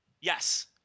Yes